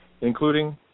including